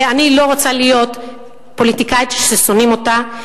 ואני לא רוצה להיות פוליטיקאית ששונאים אותה.